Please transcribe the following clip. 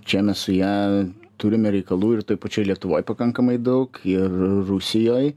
čia mes su ja turime reikalų ir toj pačioj lietuvoj pakankamai daug ir rusijoj